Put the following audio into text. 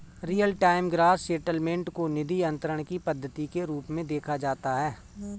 real time gross settlement को निधि अंतरण की पद्धति के रूप में देखा जाता है